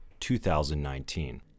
2019